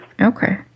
okay